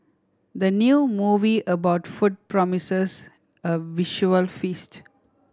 the new movie about food promises a visual feast